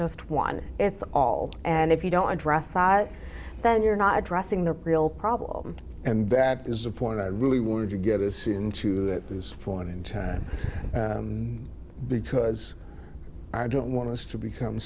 just one it's all and if you don't address then you're not addressing the real problem and that is the point i really wanted to get us into that this point in time because i don't want to become